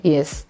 Yes